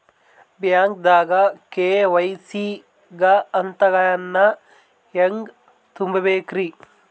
ಬ್ಯಾಂಕ್ದಾಗ ಕೆ.ವೈ.ಸಿ ಗ ಹಂತಗಳನ್ನ ಹೆಂಗ್ ತುಂಬೇಕ್ರಿ?